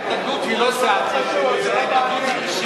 ההתנגדות היא לא סיעתית, היא אישית.